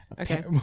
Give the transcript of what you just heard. Okay